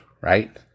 right